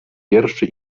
wierszy